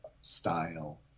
Style